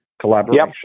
collaboration